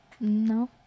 no